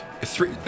Three